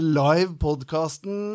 live-podcasten